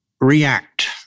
react